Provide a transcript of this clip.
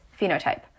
phenotype